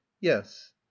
yes